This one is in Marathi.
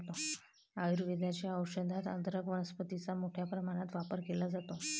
आयुर्वेदाच्या औषधात अदरक वनस्पतीचा मोठ्या प्रमाणात वापर केला जातो